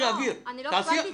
נציג של אחד הארגונים ונציג ההורים.